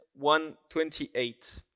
1.28